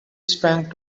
sprang